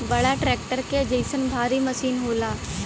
बड़ा ट्रक्टर क जइसन भारी मसीन होला